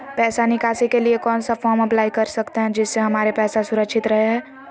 पैसा निकासी के लिए कौन सा फॉर्म अप्लाई कर सकते हैं जिससे हमारे पैसा सुरक्षित रहे हैं?